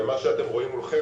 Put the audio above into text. מה שאתם רואים מולכם,